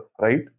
right